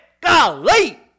Golly